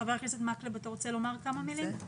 חבר הכנסת מקלב, אתה רוצה לומר כמה מלים?